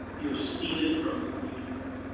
you're stealing from them when you do that.